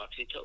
oxytocin